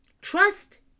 Trust